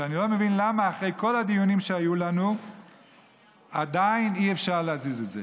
שאני לא מבין למה אחרי כל הדיונים שהיו לנו עדיין אי-אפשר להזיז את זה.